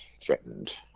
threatened